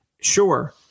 Sure